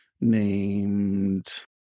named